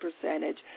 percentage